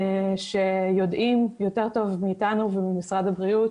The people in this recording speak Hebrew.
שיודעים יותר טוב מאיתנו וממשרד הבריאות